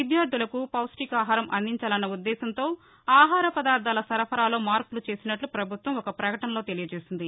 విద్యార్గులకు పౌష్ణికాహారం అందించాలన్న ఉద్దేశ్యంతో ఆహార పదార్గాల సరఫరాలో మార్పులు చేసినట్ల ప్రభుత్వం ఒక ప్రకటనలో తెలియజేసింది